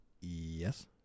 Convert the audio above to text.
Yes